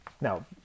Now